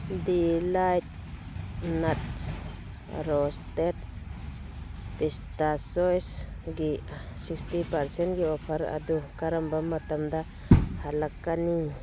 delight nuts roasted ꯄꯤꯁꯇꯥꯆꯣꯏꯁꯒꯤ sixty ꯄꯥꯔꯁꯦꯟꯒꯤ offer ꯑꯗꯨ ꯀꯔꯝꯕ ꯃꯇꯝꯗ ꯍꯜꯂꯛꯀꯅꯤ